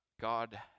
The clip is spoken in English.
God